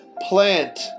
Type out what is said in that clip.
plant